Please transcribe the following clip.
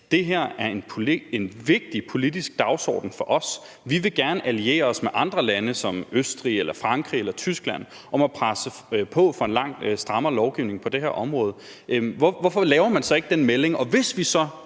Det her er en vigtig politisk dagsorden for os, og vi vil gerne alliere os med andre lande som Østrig eller Frankrig eller Tyskland om at presse på for en langt strammere lovgivning på det her område. Hvorfor kommer man så ikke med den melding? Hvis nu vi så